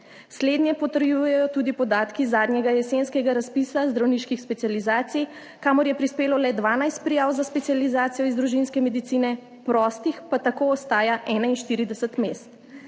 Slednje potrjujejo tudi podatki zadnjega jesenskega razpisa zdravniških specializacij, kamor je prispelo le 12 prijav za specializacijo iz družinske medicine, prostih pa tako ostaja 41 mest.